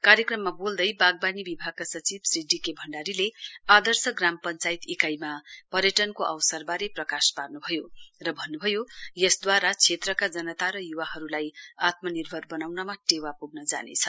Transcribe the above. कार्यक्रममा बोल्दै बाग्वानी विभागका सचिव श्री डी के भम्डारीले आदर्श ग्राम पञ्चायत इकाइमा पर्यटनको अवसरबारे प्रकाश पार्न्भयो र भन्न्भयो यसदूवारा क्षेत्रका जनता र युवाहरूलाई आत्मनिर्भर बनाउनमा टेवा पुग्न जानेछ